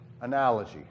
Analogy